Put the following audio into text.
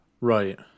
Right